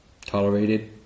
tolerated